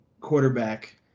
quarterback